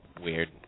weird